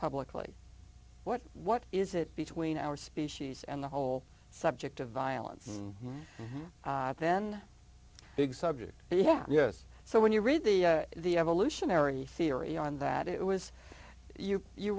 publicly what what is it between our species and the whole subject of violence then big subject yeah yes so when you read the the evolutionary theory on that it was you you